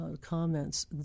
comments